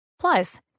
Plus